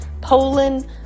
Poland